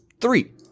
three